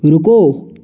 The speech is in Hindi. रुको